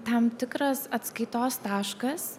tam tikras atskaitos taškas